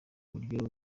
buryo